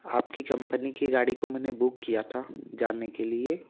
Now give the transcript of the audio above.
आपकी कंपनी की गाड़ी को मैंने बुक किया था जाने के लिए